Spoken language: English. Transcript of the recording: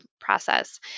process